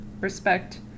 respect